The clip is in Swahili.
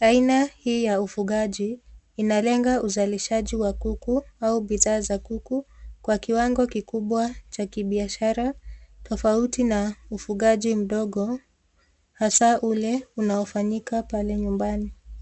Aina hii ya ufugaji inalenga uzalishaji wa kuku au bidhaa za kuku kwa kiwango kikubwa cha kibiashara tofauti na ufugaji mdogo hasa ule unaofanyika pale nyumbani.